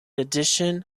addition